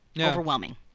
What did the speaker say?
overwhelming